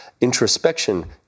Introspection